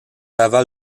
aval